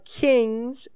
kings